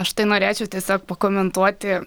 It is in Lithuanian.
aš tai norėčiau tiesiog pakomentuoti